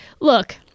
look